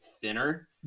thinner